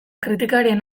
kritikarien